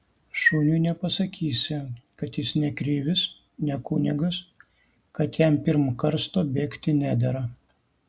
šuniui nepasakysi kad jis ne krivis ne kunigas kad jam pirm karsto bėgti nedera